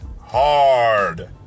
hard